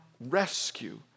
rescue